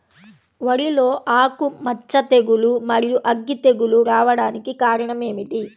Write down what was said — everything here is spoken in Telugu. వరిలో ఆకుమచ్చ తెగులు, మరియు అగ్గి తెగులు రావడానికి కారణం ఏమిటి?